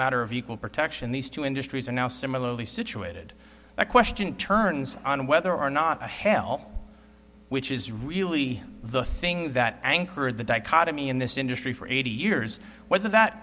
matter of equal protection these two industries are now similarly situated the question turns on whether or not the hell which is really the thing that anchored the dichotomy in this industry for eighty years was that